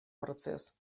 процесс